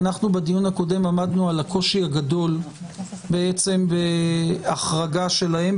ואנחנו בדיון הקודם עמדנו על הקושי הגדול בעצם בהחרגה שלהם,